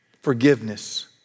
Forgiveness